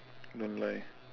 don't lie